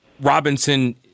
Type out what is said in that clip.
robinson